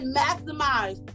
maximize